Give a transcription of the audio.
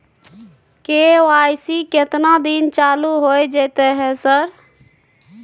KYC केतना दिन चालू होय जेतै है सर?